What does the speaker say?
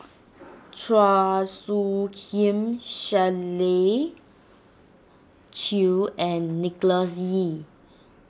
Chua Soo Khim Shirley Chew and Nicholas Ee